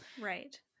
Right